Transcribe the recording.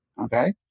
Okay